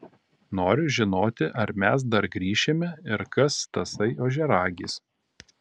noriu žinoti ar mes dar grįšime ir kas tasai ožiaragis